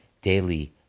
daily